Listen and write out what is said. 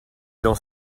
dans